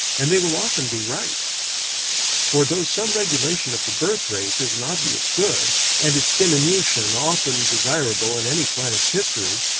and they will often be right for though some regulation of the birth-rate is an obvious good, and its diminution often desirable in any planet's history,